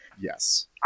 yes